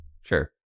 sure